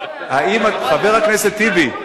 חבר הכנסת טיבי,